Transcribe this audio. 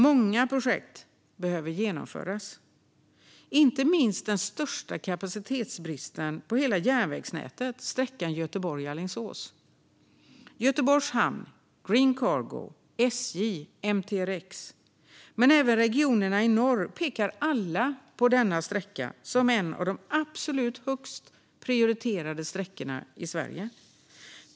Många projekt behöver genomföras, inte minst för att komma till rätta med den största kapacitetsbristen på hela järnvägsnätet, sträckan Göteborg-Alingsås. Göteborgs hamn, Green Cargo, SJ och MTRX, men även regionerna i norr, pekar alla på denna sträcka som en av de absolut högst prioriterade sträckorna i Sverige.